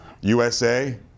USA